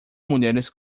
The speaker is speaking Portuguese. mulheres